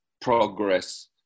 progress